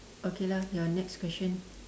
okay lah your next question